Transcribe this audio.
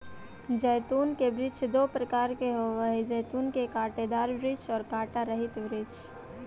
जैतून के वृक्ष दो प्रकार के होवअ हई जैतून के कांटेदार वृक्ष और कांटा रहित वृक्ष